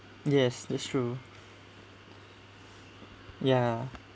yes that's true ya